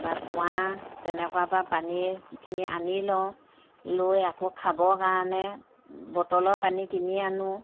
বা কুঁৱা তেনেকুৱাৰপৰা পানীখিনি আনি লওঁ লৈ আকৌ খাব কাৰণে বটলৰ পানী কিনি আনো